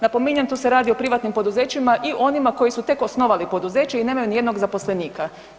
Napominjem tu se radi o privatnim poduzećima i onima koji su tek osnovali poduzeće i nemaju ni jednog zaposlenika.